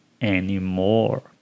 anymore